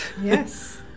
Yes